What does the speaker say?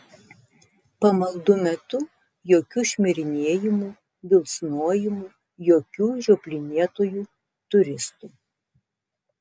pamaldų metu jokių šmirinėjimų bilsnojimų jokių žioplinėtojų turistų